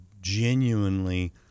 genuinely